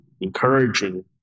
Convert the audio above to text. encouraging